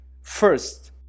first